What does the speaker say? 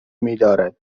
میدارد